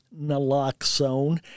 naloxone